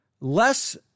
Less